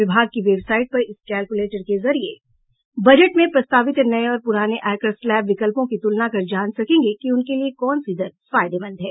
विभाग की वेबसाईट पर इस कैलकुलेटर के जरिये बजट में प्रस्तावित नये और पुराने आयकर स्लैब विकल्पों की तुलना कर जान सकेंगे कि उनके लिए कौन सी दर फायदेमंद हैं